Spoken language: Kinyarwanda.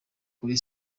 kuri